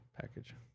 package